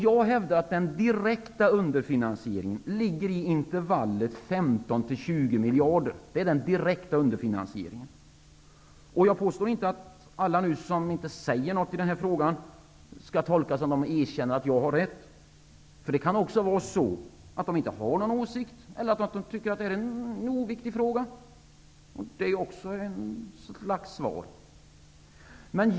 Jag hävdar att den direkta underfinansieringen ligger i intervallet 15 20 miljarder. Det är den direkta underfinansieringen. Jag påstår inte att alla som inte säger något i denna fråga, skall tolkas som att de erkänner att jag har rätt. Det kan också vara så att de inte har någon åsikt eller att de tycker att detta är en mindre viktig fråga. Det är ju också ett slags svar.